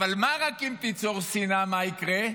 אבל אם תיצור שנאה, מה יקרה?